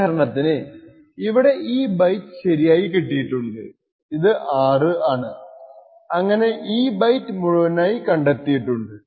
ഉദാഹരണത്തിന് ഇവിടെ ഈ ബൈറ്റ് ശരിയായി കിട്ടിയിട്ടുണ്ട് ഇത് 6 ആണ് അങ്ങനെ ഈ ബൈറ്റ് മുഴുവനായി കണ്ടെത്തിയിട്ടുണ്ട്